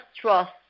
trust